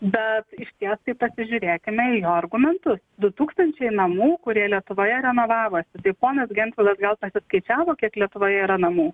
bet išties tai pasižiūrėkime į jo argumentus du tūkstančiai namų kurie lietuvoje renovavosi tai ponas gentvilas gal pasiskaičiavo kiek lietuvoje yra namų